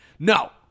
No